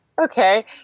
okay